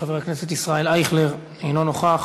חבר הכנסת ישראל אייכלר, אינו נוכח.